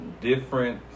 different